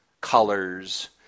colors